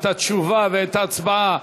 את התשובה ואת ההצבעה,